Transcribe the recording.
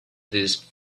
these